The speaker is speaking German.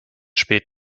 spät